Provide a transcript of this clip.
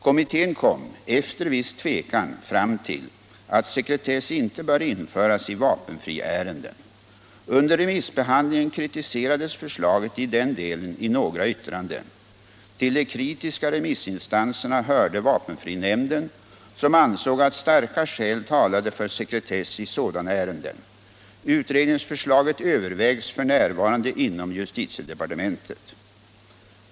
Kommittén kom efter viss tvekan fram till att sekretess inte bör införas i vapenfriärenden. Under remissbehandlingen kritiserades förslaget i den delen i några yttranden. Till de kritiska remissinstanserna hörde vapenfrinämnden, som ansåg att starka skäl talade för sekretess i sådana ärenden. Utredningsförslaget övervägs f.n. inom justitiedepartementet.